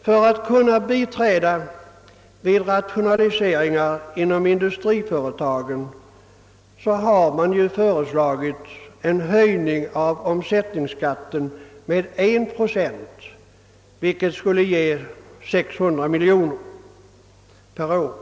För att kunna biträda vid rationaliseringar inom industriföretagen har nu föreslagits en höjning av omsättningsskatten med en procent, vilket skulle ge 600 miljoner kronor per år.